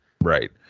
Right